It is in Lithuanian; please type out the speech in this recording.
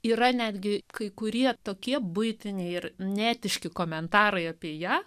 yra netgi kai kurie tokie buitiniai ir neetiški komentarai apie ją